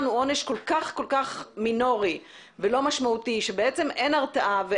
הוא כל כך מינורי ולא משמעותי כך שאין הרתעה,